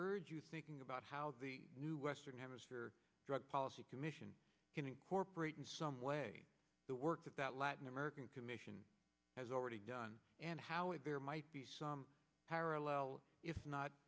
urge you thinking about how the new western hemisphere drug policy commission can incorporate in some way the work that latin american commission has already done and how it there might be some parallel if not